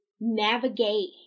navigate